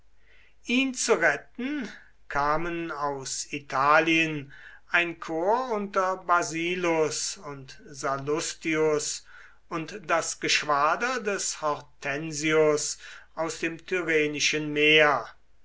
ihn zu retten kamen aus italien ein korps unter basilus und sallustius und das geschwader des hortensius aus dem tyrrhenischen meer